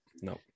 no